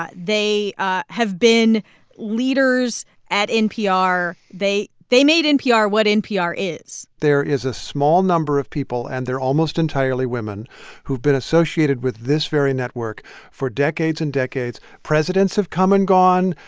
but they ah have been leaders at npr. they they made npr what npr is there is a small number of people and they're almost entirely women who've been associated with this very network for decades and decades. presidents have come and gone.